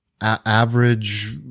average